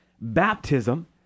Baptism